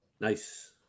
Nice